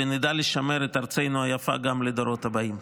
ושנדע לשמר את ארצנו היפה גם לדורות הבאים.